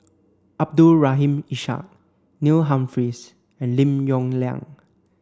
Abdul Rahim Ishak Neil Humphreys and Lim Yong Liang